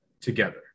together